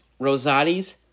Rosati's